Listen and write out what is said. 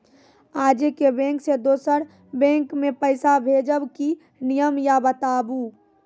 आजे के बैंक से दोसर बैंक मे पैसा भेज ब की नियम या बताबू?